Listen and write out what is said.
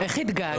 ושבעה.